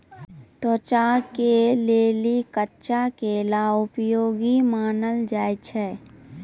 त्वचा के लेली कच्चा केला उपयोगी मानलो जाय छै